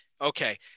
Okay